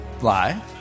lie